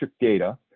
data